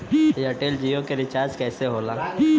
Airtel Jio के recharge कैसे होला?